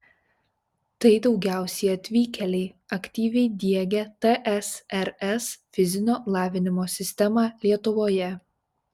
tai daugiausiai atvykėliai aktyviai diegę tsrs fizinio lavinimo sistemą lietuvoje